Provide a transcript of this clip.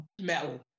metal